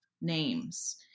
names